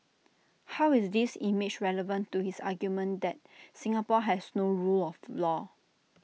how is this image relevant to his argument that Singapore has no rule of law